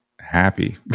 happy